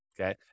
okay